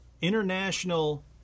International